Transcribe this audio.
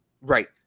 right